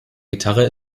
gitarre